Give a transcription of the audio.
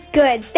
good